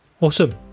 awesome